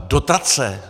Dotace!